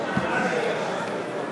אלקטרונית.